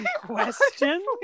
question